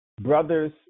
brothers